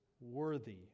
worthy